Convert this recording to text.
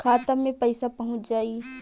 खाता मे पईसा पहुंच जाई